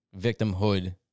victimhood